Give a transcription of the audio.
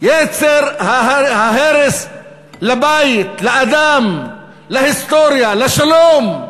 יצר ההרס לבית, לאדם, להיסטוריה, לשלום,